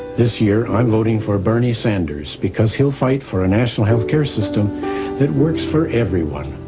this year i'm voting for bernie sanders because he'll fight for a national health care system that works for everyone.